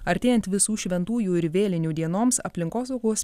artėjant visų šventųjų ir vėlinių dienoms aplinkosaugos